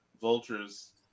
Vulture's